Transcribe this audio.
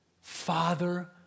Father